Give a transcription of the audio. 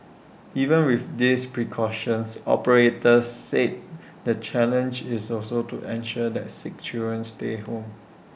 even with these precautions operators said the challenge is also to ensure that sick children stay home